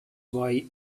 why